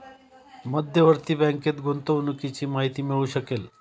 मध्यवर्ती बँकेत गुंतवणुकीची माहिती मिळू शकेल